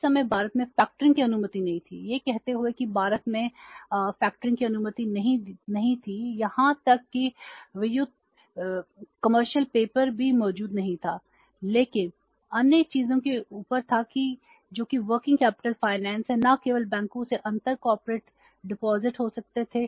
उस समय भारत में फैक्टरिंग हों जो कि उद्योगों द्वारा की जानी चाहिए